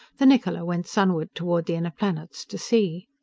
the niccola went sunward toward the inner planets to see.